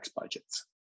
budgets